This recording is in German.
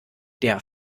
der